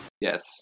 Yes